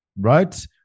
right